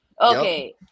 Okay